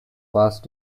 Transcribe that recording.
vast